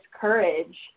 courage